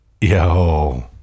Yo